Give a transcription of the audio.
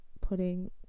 putting